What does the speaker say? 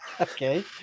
Okay